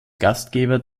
gastgeber